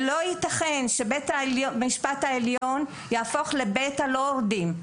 ולא ייתכן שבית המשפט העליון יהפוך לבית הלורדים.